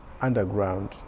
underground